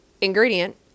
ingredient